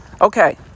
Okay